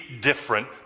different